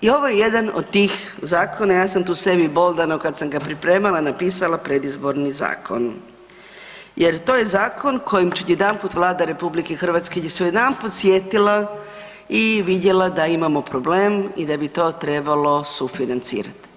I ovo je jedan od tih zakona, ja sam tu sebi boldano kad sam ga pripremala napisala, predizborni zakon jer to je zakon kojim će odjedanput Vlada RH gdje se odjedanput sjetila i vidjela da imamo problem i da bi to trebalo sufinancirat.